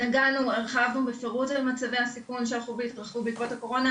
הרחבנו בפירוט על מצבי הסיכון שהתרבו בעקבות הקורונה,